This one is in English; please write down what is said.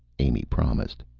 amy promised.